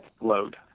load